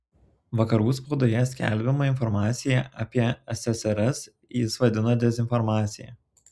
vakarų spaudoje skelbiamą informaciją apie sssr jis vadino dezinformacija